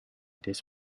this